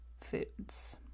foods